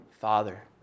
Father